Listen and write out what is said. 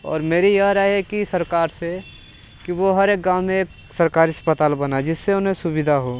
और मेरी यह राय है कि सरकार से कि वो हर एक गाँव में एक सरकारी अस्पताल बनाए जिससे उन्हें सुविधा हो